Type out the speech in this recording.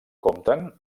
compten